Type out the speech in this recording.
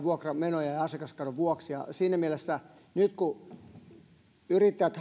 vuokramenojen ja asiakaskadon vuoksi ja siinä mielessä nyt kun yrittäjät